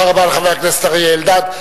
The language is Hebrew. תודה רבה לחבר הכנסת אריה אלדד.